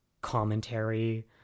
commentary